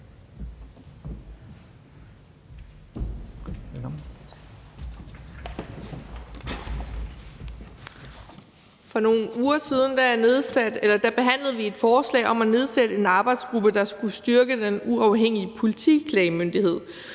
For nogle uger siden behandlede vi et forslag om at nedsætte en arbejdsgruppe, der skulle styrke den uafhængige Politiklagemyndighed.